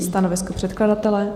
Stanovisko předkladatele?